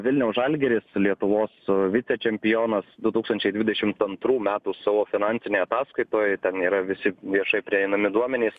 vilniaus žalgiris lietuvos vicečempionas du tūkstančiai dvidešim antrų metų savo finansinėj ataskaitoj ten yra visi viešai prieinami duomenys